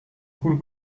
coule